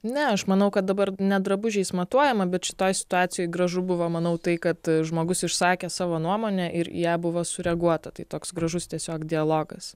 ne aš manau kad dabar ne drabužiais matuojama bet šitoj situacijoj gražu buvo manau tai kad žmogus išsakė savo nuomonę ir į ją buvo sureaguota tai toks gražus tiesiog dialogas